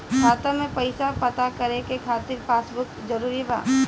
खाता में पईसा पता करे के खातिर पासबुक जरूरी बा?